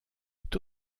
est